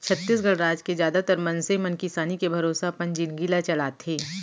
छत्तीसगढ़ राज के जादातर मनसे मन किसानी के भरोसा अपन जिनगी ल चलाथे